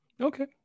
Okay